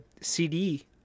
cd